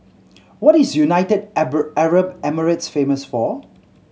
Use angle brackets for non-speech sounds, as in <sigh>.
what is United <unintelligible> Arab Emirates famous for